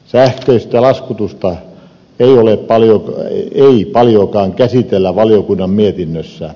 sähköistä laskutusta ei paljoakaan käsitellä valiokunnan mietinnössä